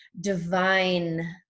divine